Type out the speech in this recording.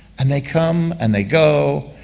and they come and they go,